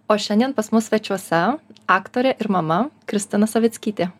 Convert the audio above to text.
o šiandien pas mus svečiuose aktorė ir mama kristina savickytė